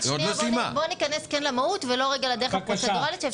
אבל בואו ניכנס למהות ולא לדרך הפרוצדורלית.